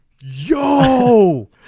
yo